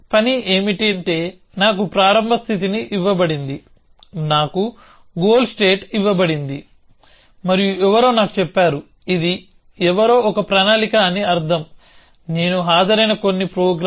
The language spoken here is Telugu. పని ఏమిటంటే నాకు ప్రారంభ స్థితి ఇవ్వబడింది నాకు గోల్ స్టేట్ ఇవ్వబడింది మరియు ఎవరో నాకు చెప్పారు ఇది ఎవరో ఒక ప్రణాళిక అని అర్థం నేను హాజరైన కొన్ని ప్రోగ్రామ్